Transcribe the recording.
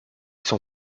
son